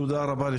תודה רבה.